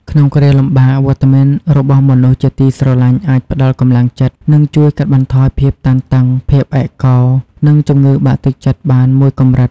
ក្នុងគ្រាលំបាក វត្តមានរបស់មនុស្សជាទីស្រឡាញ់អាចផ្តល់កម្លាំងចិត្ត និងជួយកាត់បន្ថយភាពតានតឹង ភាពឯកោ និងជំងឺបាក់ទឹកចិត្តបានមួយកម្រិត។